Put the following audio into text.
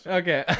okay